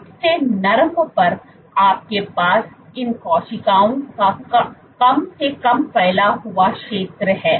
सबसे नरम पर आपके पास इन कोशिकाओं का कम से कम फैला हुआ क्षेत्र है